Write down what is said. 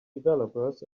developers